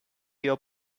your